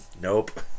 nope